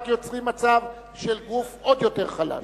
רק יוצרים מצב של גוף עוד יותר חלש.